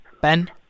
Ben